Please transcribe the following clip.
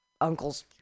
uncle's